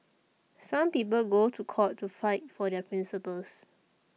some people go to court to fight for their principles